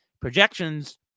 Projections